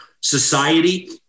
society